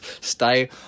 Stay